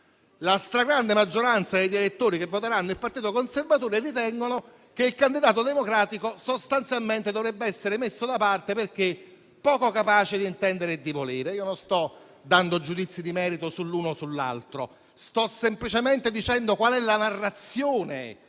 La stragrande maggioranza degli elettori che voteranno il partito repubblicano ritengono che il candidato democratico sostanzialmente dovrebbe essere messo da parte perché poco capace di intendere e di volere. Io non sto dando giudizi di merito sull'uno o sull'altro: sto semplicemente dicendo qual è la narrazione